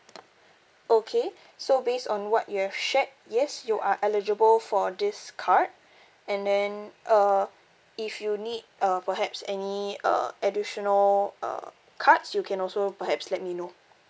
okay so based on what you have shared yes you are eligible for this card and then uh if you need uh perhaps any uh additional uh cards you can also perhaps let me know